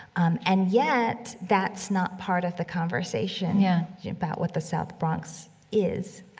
um, and yet, that's not part of the conversation yeah about what the south bronx is.